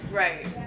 right